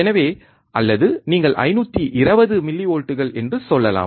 எனவே அல்லது நீங்கள் 520 மில்லிவோல்ட்கள் என்று சொல்லலாம்